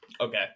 Okay